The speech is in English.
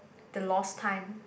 the lost time